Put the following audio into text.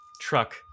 truck